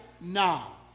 now